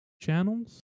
channels